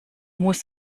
muss